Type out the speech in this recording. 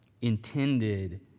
intended